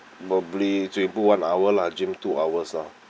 probably swimming pool one hour lah gym two hours lah